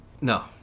No